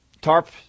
tarp